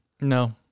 no